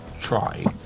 try